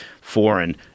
foreign